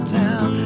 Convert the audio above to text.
town